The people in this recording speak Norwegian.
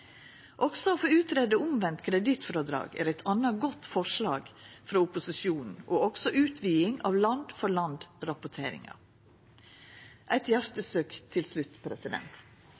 Også å få greia ut omvendt kredittfrådrag er eit anna godt forslag frå opposisjonen, og også utviding av